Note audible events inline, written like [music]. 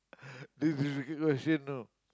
[laughs] this difficuly question you know